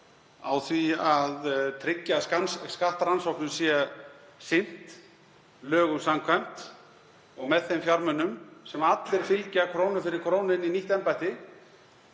á því að tryggja að skattrannsóknum sé sinnt lögum samkvæmt og með þeim fjármunum sem allir fylgja, krónu fyrir krónu, inn í nýtt embætti.